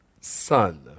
son